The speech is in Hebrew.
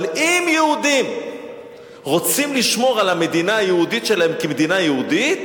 אבל אם יהודים רוצים לשמור על המדינה היהודית שלהם כמדינה יהודית,